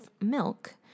milk